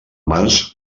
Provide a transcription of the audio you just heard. mans